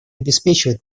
обеспечивает